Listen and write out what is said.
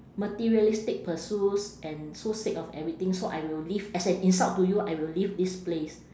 materialistic pursuits and so sick of everything so I will leave as an insult to you I will leave this place